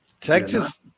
Texas